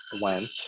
went